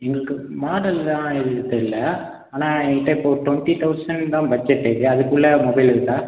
எங்களுக்கு மாடலெலாம் எதுவும் தெரில ஆனால் ஏன்கிட்ட இப்போ டுவெண்ட்டி தௌசண்ட் தான் பட்ஜெட் இருக்குது அதுக்குள்ள மொபைல் இருக்கா